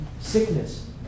sickness